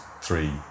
three